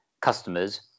customers